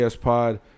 Pod